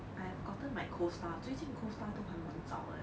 I have gotten my costar 最近 costar 都还蛮早的 leh